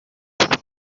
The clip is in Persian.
تکان